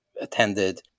attended